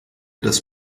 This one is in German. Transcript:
das